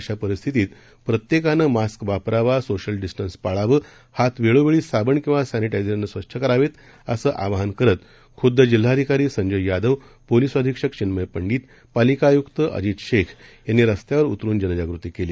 अशा परिस्थितीत प्रत्येकानं मास्क वापरावा सोशल डिस्टन्स पाळावं हात वेळोवेळी साबण किंवा सॅनेटायझरनं स्वच्छ करावेत असं आवाहन करत खुद्द जिल्हाधिकारी संजय यादव पोलिस अधीक्षक चिन्मय पंडित पालिका आयुक्त अजिज शेख यांनी रस्त्यावर उतरून जनजागृती केली